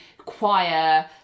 Choir